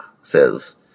says